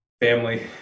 family